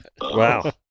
Wow